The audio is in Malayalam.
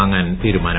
വാങ്ങാൻ തീരുമാനം